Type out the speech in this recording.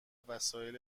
وسایل